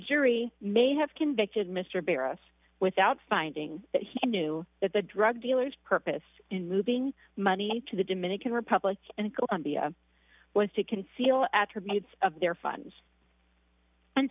jury may have convicted mr bear us without finding that he knew that the drug dealers purpose in moving money to the dominican republic and colombia was to conceal attributes of their funds